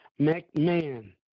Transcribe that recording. McMahon